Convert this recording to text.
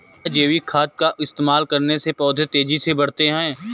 क्या जैविक खाद का इस्तेमाल करने से पौधे तेजी से बढ़ते हैं?